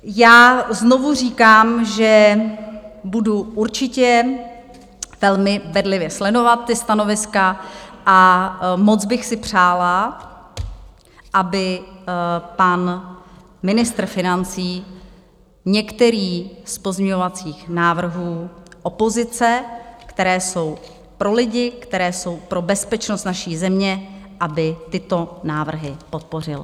Já znovu říkám, že budu určitě velmi bedlivě sledovat ta stanoviska, a moc bych si přála, aby pan ministr financí některý z pozměňovacích návrhů opozice, které jsou pro lidi, které jsou pro bezpečnost naší země, aby tyto návrhy podpořil.